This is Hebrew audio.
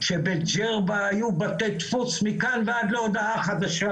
שבג'רבה היו בתי דפוס מכאן ועד להודעה חדשה